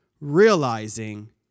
realizing